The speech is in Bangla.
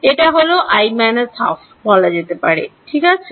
এটাকে তাহলে বলা যেতে পারে ঠিক আছে